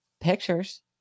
pictures